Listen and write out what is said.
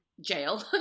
Jail